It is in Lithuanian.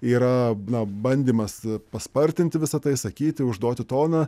yra na bandymas paspartinti visa tai sakyti užduoti toną